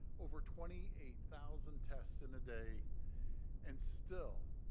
over twenty eight thousand tests in a day and still,